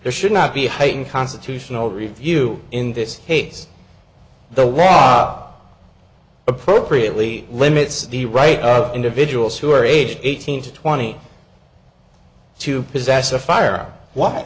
there should not be a heightened constitutional review in this case the raw appropriately limits the right of individuals who are aged eighteen to twenty to possess a firearm why